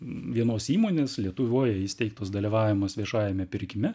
vienos įmonės lietuvoje įsteigtos dalyvavimas viešajame pirkime